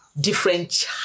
different